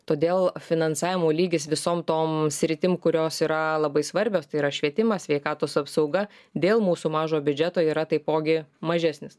todėl finansavimo lygis visom tom sritim kurios yra labai svarbios tai yra švietimas sveikatos apsauga dėl mūsų mažo biudžeto yra taipogi mažesnis